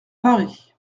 paris